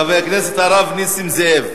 חבר הכנסת הרב נסים זאב.